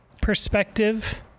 perspective